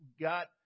got